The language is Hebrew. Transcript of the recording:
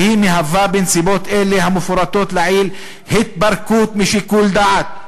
והן מהוות בנסיבות אלו והמפורטות לעיל התפרקות משיקול דעת,